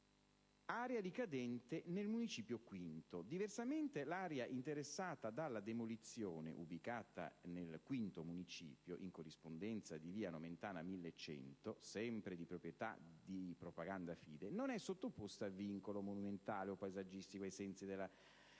Area ricadente nel Municipio V: diversamente l'area interessata dalla demolizione, ubicata nel Municipio V, in corrispondenza di via Nomentana 1100, sempre di proprietà di Propaganda Fide, non è sottoposta a vincolo monumentale o paesaggistico ai sensi della